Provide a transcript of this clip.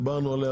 דיברנו עליה,